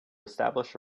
establish